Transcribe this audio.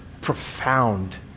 profound